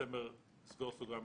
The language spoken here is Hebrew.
בדצמבר 1995)